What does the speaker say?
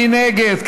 מי נגד?